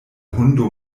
hundo